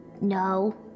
No